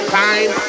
time